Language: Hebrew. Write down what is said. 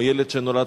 כמו ילד שנולד,